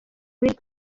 w’iri